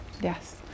Yes